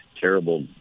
terrible